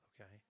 okay